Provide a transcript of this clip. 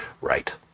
Right